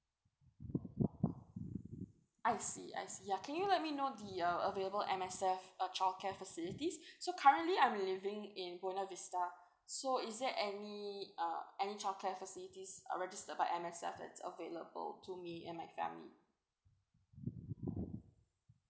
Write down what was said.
I see I see ya can you let me know the um available M_S_F uh childcare facilities so currently I'm living in buono vista so is there any uh any childcare facilities uh registered by M_S_F that's available to me and my family